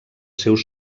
seus